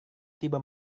tiba